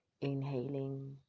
inhaling